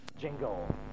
Jingle